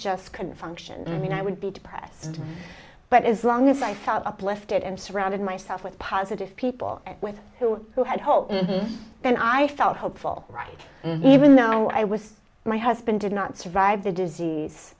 just couldn't function i mean i would be depressed but as long as i felt uplifted and surrounded myself with positive people with who who had hope and i felt hopeful right even though i was my husband did not survive the disease